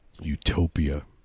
utopia